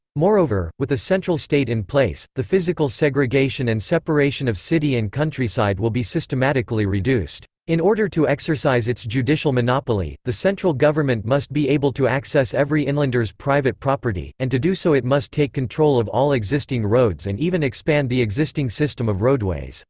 moreover, with a central state in place, the physical segregation and separation of city and countryside will be systematically reduced. in order to exercise its judicial monopoly, the central government must be able to access every inlander's private property, and to do so it must take control of all existing roads and even expand the existing system of roadways.